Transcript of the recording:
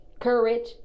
courage